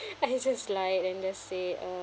I just lied and just say uh